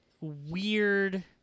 weird